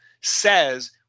says